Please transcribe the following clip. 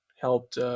helped